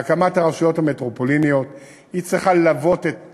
היא צריכה ללוות את